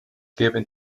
given